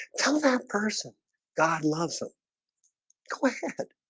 that person god loves them quit